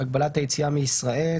(הגבלת היציאה מישראל),